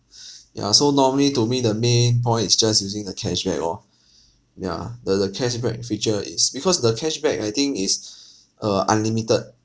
ya so normally to me the main point is just using the cash back orh ya the the cash back feature is because the cash back I think is uh unlimited